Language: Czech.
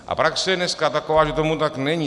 A praxe je dneska taková, že tomu tak není.